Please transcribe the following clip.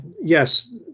yes